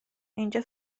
اینجا